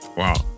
wow